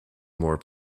more